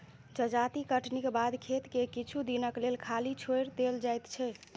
जजाति कटनीक बाद खेत के किछु दिनक लेल खाली छोएड़ देल जाइत छै